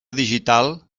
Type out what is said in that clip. digital